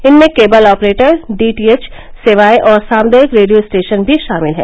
इनमें केवल operator DTH सेवाए और सामुदायिक रेडियो स्टेशन भी शामिल हैं